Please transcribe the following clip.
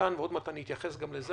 ועוד מעט אני אתייחס לזה,